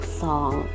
song